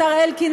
השר אלקין,